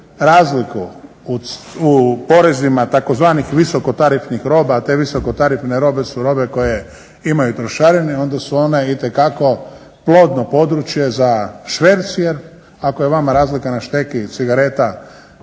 razliku u porezima tzv. visoko tarifnih roba, a te visoko tarifne robe su robe koje imaju trošarine i onda su one itekako plodno područje za šverc. Jer ako je vama razlika na šteki cigareta